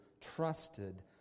trusted